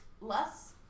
less